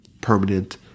permanent